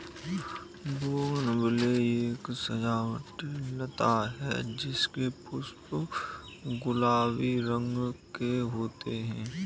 bougainvillea एक सजावटी लता है जिसके पुष्प गुलाबी रंग के होते है